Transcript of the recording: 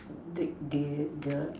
did they the